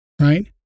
right